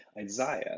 isaiah